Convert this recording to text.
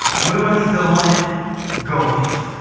what do i need to let go of?